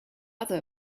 other